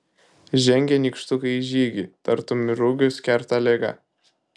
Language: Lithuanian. žengia nykštukai į žygį tartum rugius kerta ligą